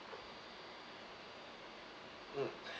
mm